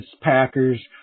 Packers